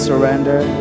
surrender